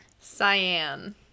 cyan